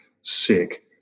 sick